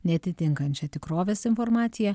neatitinkančią tikrovės informaciją